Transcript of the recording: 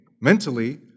mentally